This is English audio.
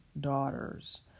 daughters